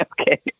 Okay